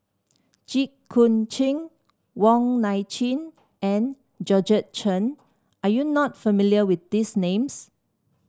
Jit Koon Ch'ng Wong Nai Chin and Georgette Chen are you not familiar with these names